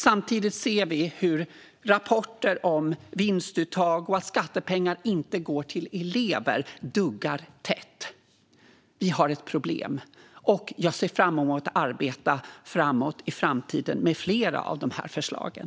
Samtidigt ser vi hur rapporter om vinstuttag och skattepengar som inte går till elever duggar tätt. Vi har ett problem, och jag ser fram emot att i framtiden arbeta framåt med flera av de här förslagen.